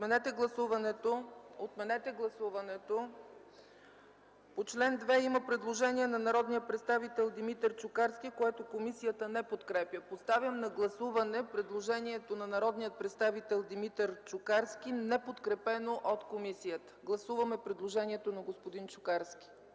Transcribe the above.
Отменете гласуването. По чл. 2 има предложение от народния представител Димитър Чукарски, което комисията не подкрепя. Поставям на гласуване предложението на народния представител Димитър Чукарски, неподкрепено от комисията. Гласували 122 народни